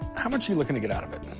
how much are you looking to get out of it?